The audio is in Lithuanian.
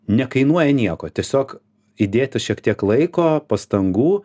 nekainuoja nieko tiesiog įdėti šiek tiek laiko pastangų